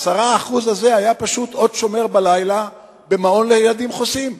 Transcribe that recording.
ה-10% האלה היו פשוט עוד שומר בלילה במעון לילדים חוסים.